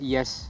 Yes